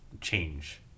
change